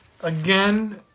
Again